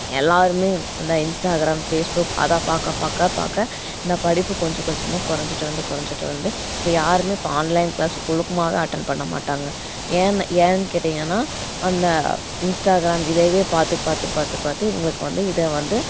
எல்லோருமே இந்த Instagram Facebook அதை பார்க்க பார்க்க பார்க்க இந்த படிப்பு கொஞ்சம் கொஞ்சமாக கொறைஞ்சிட்டு வந்து கொறைஞ்சிட்டு வந்து இப்போ யாருமே இப்போ ஆன்லைன் கிளாஸ் ஒழுக்கமாகவே அட்டண்ட் பண்ண மாட்டாங்க ஏன்னு ஏன் கேட்டிங்கன்னால் அந்த இன்ஸ்டாகிராம் இதையேவே பார்த்து பார்த்து பார்த்து பார்த்து இவங்களுக்கு வந்து இதை வந்து